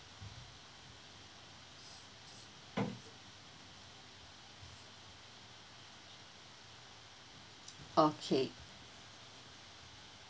okay